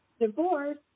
divorce